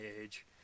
age